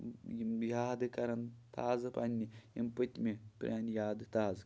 یِم یادٕ کران تازٕ پَنٕنہِ یِم پٔتمہِ پرانہِ یادٕ تازٕ کران